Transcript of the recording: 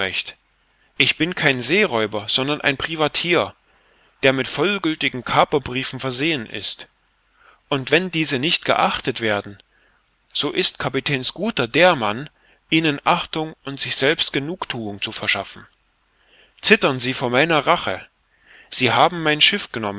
ich bin kein seeräuber sondern ein privateer der mit vollgültigen kaperbriefen versehen ist und wenn diese nicht geachtet werden so ist kapitän schooter der mann ihnen achtung und sich selbst genugthuung zu verschaffen zittern sie vor meiner rache sie haben mein schiff genommen